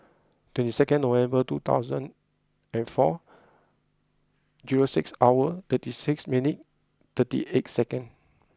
twenty second November two thousand and four zero six hour thirty six minute thirty eight second